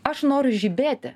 aš noriu žibėti